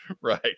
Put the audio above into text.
Right